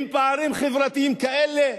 עם פערים חברתיים כאלה?